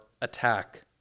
attack